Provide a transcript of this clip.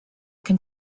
can